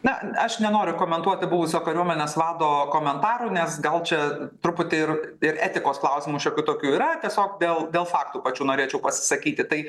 na aš nenoriu komentuoti buvusio kariuomenės vado komentarų nes gal čia truputį ir ir etikos klausimų šokių tokių yra tiesiog dėl dėl faktų pačių norėčiau pasisakyti tai